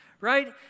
right